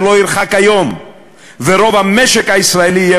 ולא ירחק היום ורוב המשק הישראלי יהיה